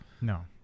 No